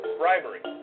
bribery